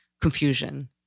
confusion